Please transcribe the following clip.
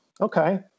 okay